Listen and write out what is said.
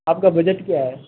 आपका बजट क्या है